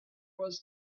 was